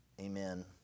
Amen